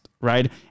right